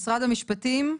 משרד המשפטים,